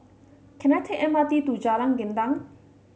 can I take M R T to Jalan Gendang